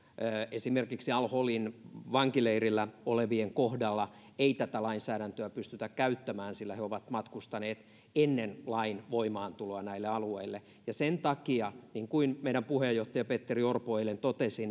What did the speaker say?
esimerkiksi al holin vankileirillä olevien kohdalla ei tätä lainsäädäntöä pystytä käyttämään sillä he ovat matkustaneet ennen lain voimaantuloa näille alueille ja sen takia niin kuin meidän puheenjohtaja petteri orpo eilen totesi